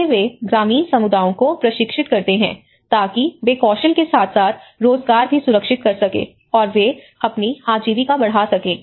कैसे वे ग्रामीण समुदायों को प्रशिक्षित करते हैं ताकि वे कौशल के साथ साथ रोजगार भी सुरक्षित कर सकें और वे अपनी आजीविका बढ़ा सकें